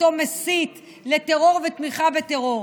אותו מסית לטרור ותמיכה בטרור.